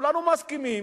כולנו מסכימים,